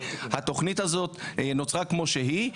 התוכנית הזאת נוצרה כמו שהיא,